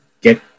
get